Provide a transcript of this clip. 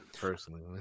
Personally